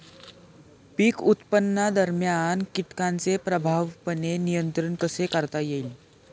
पीक उत्पादनादरम्यान कीटकांचे प्रभावीपणे नियंत्रण कसे करता येईल?